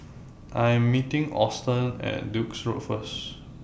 I Am meeting Alston At Duke's Road First